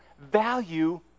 value